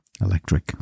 electric